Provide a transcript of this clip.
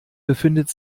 befindet